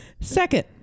second